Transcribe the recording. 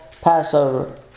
Passover